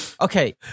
Okay